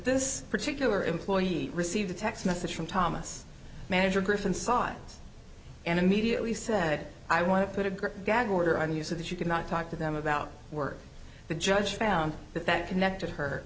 this particular employee received a text message from thomas manager griffin saw it and immediately said i want to put a great gag order on you so that you could not talk to them about work the judge found that that connected her